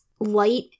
light